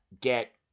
get